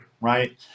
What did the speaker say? right